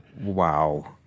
Wow